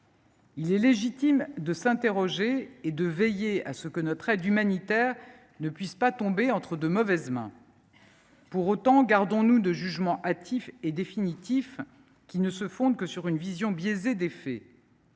Il est légitime de s’interroger et de veiller à ce que notre aide humanitaire ne puisse pas tomber entre de mauvaises mains. Pour autant, gardons nous de jugements hâtifs et définitifs, qui ne se fondent que sur une vision biaisée des faits.